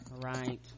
Right